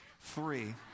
Three